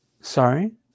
Sorry